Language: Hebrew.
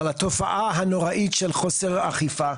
התופעה הנוראית של חוסר אכיפה.